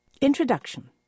introduction